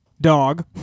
dog